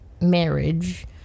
marriage